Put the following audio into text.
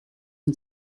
and